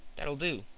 that'll do,